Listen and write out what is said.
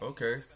Okay